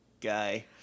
guy